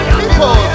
people